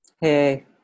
Hey